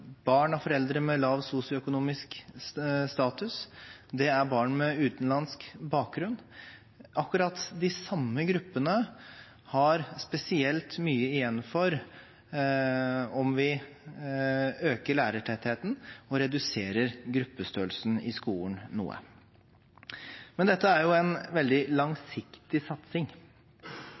barn av foreldre med lav sosioøkonomisk status og barn med utenlandsk bakgrunn. Om vi øker lærertettheten og reduserer gruppestørrelsen i skolen noe, får akkurat de samme gruppene spesielt mye igjen for det. Dette er en veldig langsiktig satsing, og resultatene vil vi ikke se før om en